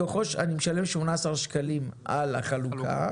מתוכו אני משלם 18 שקלים על החלוקה,